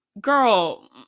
girl